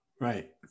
Right